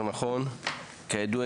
כידוע,